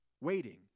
waiting